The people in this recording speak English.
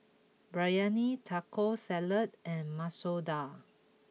Biryani Taco Salad and Masoor Dal